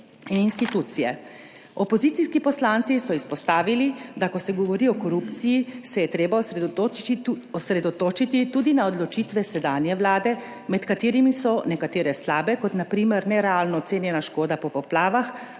in institucije. Opozicijski poslanci so izpostavili, da ko se govori o korupciji, se je treba osredotočiti tudi na odločitve sedanje Vlade, med katerimi so nekatere slabe, kot na primer nerealno ocenjena škoda po poplavah,